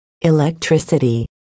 electricity